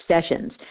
sessions